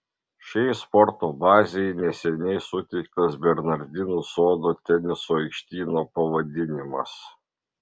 šiai sporto bazei neseniai suteiktas bernardinų sodo teniso aikštyno pavadinimas